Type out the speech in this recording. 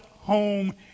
home